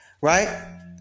Right